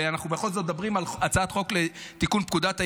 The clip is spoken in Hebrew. ואנחנו בכל זאת מדברים על הצעת חוק לתיקון פקודת העיריות.